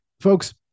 Folks